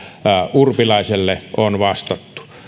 urpilaiselle on vastattu